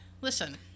Listen